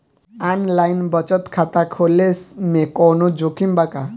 Online बचत खाता खोले में कवनो जोखिम बा का?